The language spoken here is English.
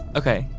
okay